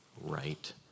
right